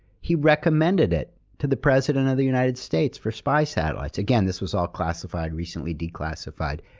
he recommended it to the president of the united states for spy satellites. again, this was all classified, recently declassified.